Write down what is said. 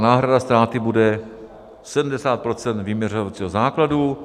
Náhrada ztráty bude 70 % vyměřovacího základu.